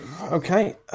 Okay